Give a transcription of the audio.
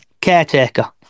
caretaker